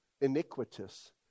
iniquitous